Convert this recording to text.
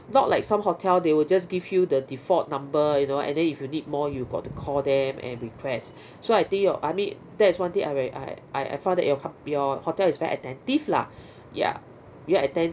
not like some hotel they will just give you the default number you know and then if you need more you got to call them and request so I think your I mean that's one thing I I I found that your your hotel is very attentive lah ya you all attend